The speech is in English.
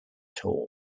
tall